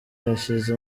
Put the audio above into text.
hashize